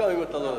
גם אם אתה לא רשום.